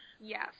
Yes